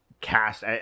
cast